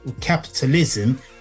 capitalism